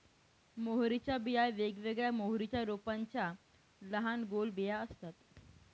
मोहरीच्या बिया वेगवेगळ्या मोहरीच्या रोपांच्या लहान गोल बिया असतात